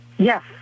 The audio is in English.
Yes